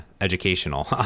educational